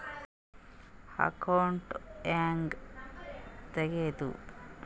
Account ಹ್ಯಾಂಗ ತೆಗ್ಯಾದು?